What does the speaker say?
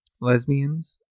lesbians